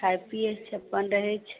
खाइत पियैत छै अपन रहैत छै